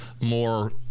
more